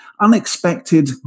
unexpected